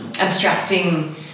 abstracting